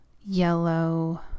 yellow